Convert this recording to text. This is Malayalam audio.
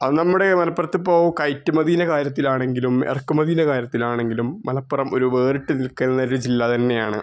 ആ നമ്മുടെ മലപ്പുറത്തിപ്പോൾ കയറ്റുമതീൻ്റെ കാര്യത്തിലാണെങ്കിലും ഇറക്കുമതീൻ്റെ കാര്യത്തിലാണെങ്കിലും മലപ്പുറം ഒര് വേറിട്ട് നിൽക്കുന്ന ഒരു ജില്ല തന്നെയാണ്